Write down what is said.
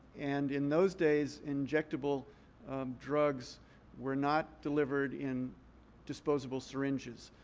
and in those days injectable drugs were not delivered in disposable syringes.